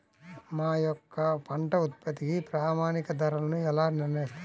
మా యొక్క పంట ఉత్పత్తికి ప్రామాణిక ధరలను ఎలా నిర్ణయిస్తారు?